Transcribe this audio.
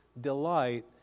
delight